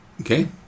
Okay